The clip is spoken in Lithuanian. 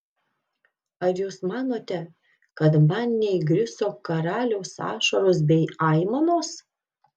ar jūs manote kad man neįgriso karaliaus ašaros bei aimanos